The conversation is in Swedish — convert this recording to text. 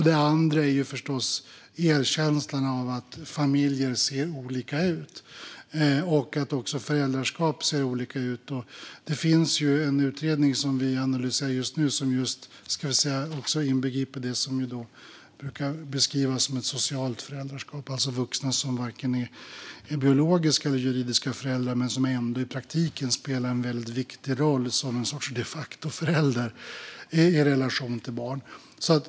Det andra är förstås erkännandet av att familjer ser olika ut och att också föräldraskap ser olika ut. Det finns en utredning som vi analyserar just nu som inbegriper det vi i dag brukar beskriva som socialt föräldraskap, alltså vuxna som varken är biologiska eller juridiska föräldrar men som ändå i praktiken spelar en väldigt viktig roll som en sorts de facto-föräldrar i relation till barn.